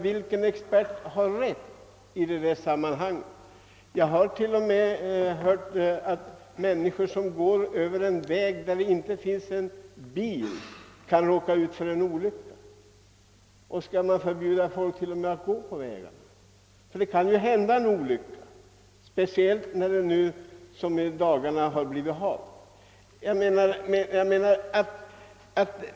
Vilken expert har rätt? Jag har till och med hört att människor, som går över en väg där det inte finns en bil, har råkat ut för en olycka. Kan man förbjuda folk till och med att gå på vägarna? Det kan nämligen hända en olycka, speciellt när det som i dagarna är halt.